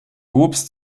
obst